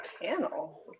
Panel